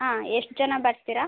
ಹಾಂ ಎಷ್ಟು ಜನ ಬರ್ತೀರ